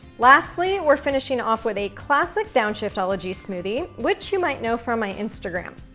lastly, we're finishing off with a classic downshiftology smoothie which you might know from my instagram.